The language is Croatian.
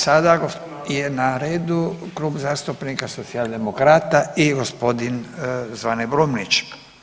Sada je na redu Klub zastupnika Socijaldemokrata i gospodin Zvane Brumnić.